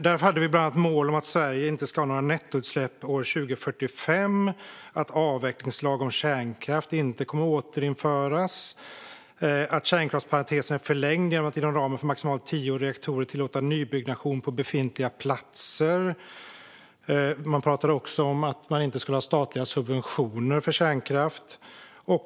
Där hade vi bland annat ett mål om att Sverige inte ska ha några nettoutsläpp år 2045 och att en avvecklingslag om kärnkraft inte kommer att återinföras. Kärnkraftsparentesen förlängdes inom ramen för maximalt tio reaktorer genom att tillåta nybyggnation på befintliga platser. Man talade om att man inte skulle ha statliga subventioner för kärnkraft.